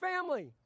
family